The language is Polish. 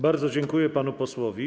Bardzo dziękuję panu posłowi.